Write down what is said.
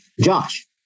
Josh